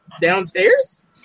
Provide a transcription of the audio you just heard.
Downstairs